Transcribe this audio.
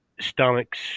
stomachs